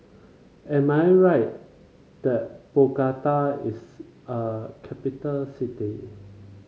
am I right that Bogota is a capital city